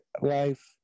life